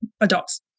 adults